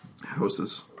houses